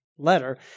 letter